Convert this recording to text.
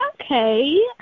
Okay